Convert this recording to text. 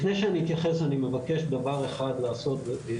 לפני שאני אתייחס אני מבקש דבר אחד להגיד,